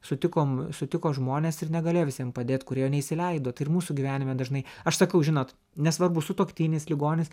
sutikom sutiko žmones ir negalėjo visiem padėt kurie jo neįsileido tai ir mūsų gyvenime dažnai aš sakau žinot nesvarbu sutuoktinis ligonis